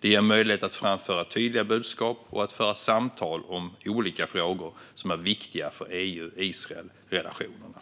Det ger möjlighet att framföra tydliga budskap och att föra samtal om olika frågor som är viktiga för EU-Israel-relationerna.